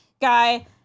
guy